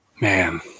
Man